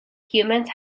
humans